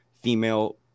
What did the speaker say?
female